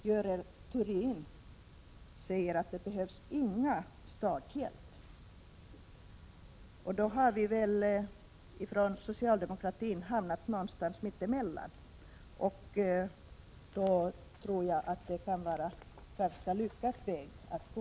Görel Thurdin säger att det inte behövs någon starthjälp. Då har väl socialdemokraterna hamnat någonstans mitt emellan. Jag tror att detta kan vara en ganska lyckad väg att gå.